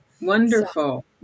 Wonderful